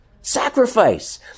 sacrifice